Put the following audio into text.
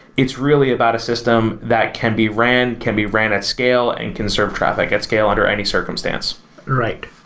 it's really about a system that can be ran, can be ran at scale and can serve traffic at scale under any circumstance right,